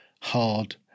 hard